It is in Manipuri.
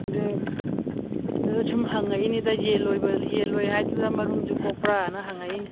ꯑꯗꯨ ꯑꯗꯨꯗ ꯁꯨꯝ ꯍꯪꯉꯛꯏꯅꯤꯗ ꯌꯦꯟ ꯂꯣꯏꯕ ꯌꯦꯟ ꯂꯣꯏ ꯍꯥꯏꯗꯨꯗ ꯃꯔꯨꯝꯁꯨ ꯀꯣꯛꯄ꯭ꯔꯥꯅ ꯍꯪꯉꯛꯏꯅꯤ